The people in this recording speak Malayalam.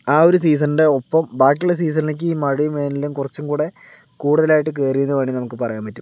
ആ ഒരു സീസണിൻ്റെ ഒപ്പം ബാക്കിയുള്ള സീസണിലേക്ക് ഈ മഴയും വേനലും കുറച്ചും കൂടെ കുടുതലായിട്ട് കയറി എന്ന് വേണമെങ്കിൽ പായാൻ പറ്റും